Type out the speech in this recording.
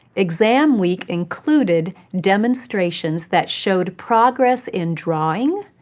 exam week included demonstrations that showed progress in drawing,